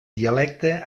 dialecte